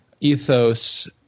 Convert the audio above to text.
Ethos